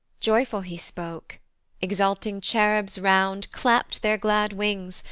joyful he spoke exulting cherubs round clapt their glad wings,